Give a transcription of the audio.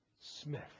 Smith